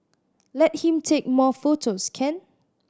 let him take more photos can